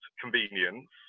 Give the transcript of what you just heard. convenience